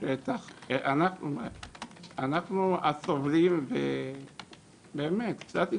אנחנו הסובלים ובאמת, קצת התחשבות.